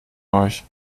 euch